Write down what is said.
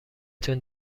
تون